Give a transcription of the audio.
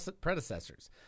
predecessors